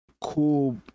cool